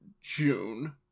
June